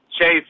Chase